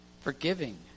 forgiving